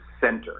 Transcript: center